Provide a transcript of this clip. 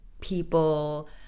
people